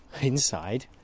inside